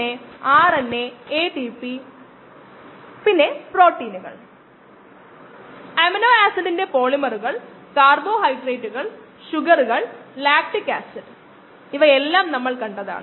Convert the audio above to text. എന്നിട്ട് നമ്മൾ കോശങ്ങളുടെ ഒരു നിശ്ചിത സാന്ദ്രത എടുത്ത് അവയെ ഇവിടെ പ്ലേറ്റ് ചെയ്യുന്നു നമ്മൾ അവയെ ഇവിടെ പ്ലേറ്റ് ചെയ്യുമ്പോൾ കോശങ്ങൾ പെരുകാൻ പോകുന്നുവെന്നും അവ ഒരു പരിധിവരെ വർദ്ധിക്കുമ്പോൾ ഓരോ കോശങ്ങളിൽ നിന്നും ഉണ്ടാകുന്ന കോളനികൾ ദൃശ്യമാകുമെന്നും നമ്മൾ കരുതുന്നു